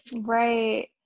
Right